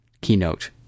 keynote